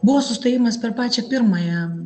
buvo sustojimas per pačią pirmąją